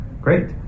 Great